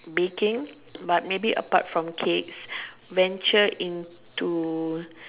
baking but maybe apart from cakes venture into